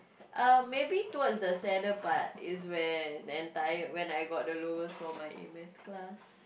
uh maybe towards the sadder part is when the entire when I get the lowest for my A-maths class